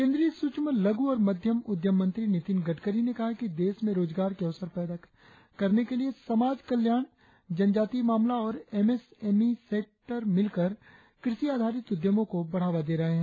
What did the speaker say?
केंद्रीय सुक्ष्म लघु और माध्यम उद्यम मंत्री नितिन गडकरी ने कहा है कि देश में रोजगार के अवसर पैदा करने के लिए समाज कल्याण जनजातीय मामला और एम एस एम ई मंत्रालय मिलकर कृषि आधारित उद्यमों को बढ़ावा दे रहे है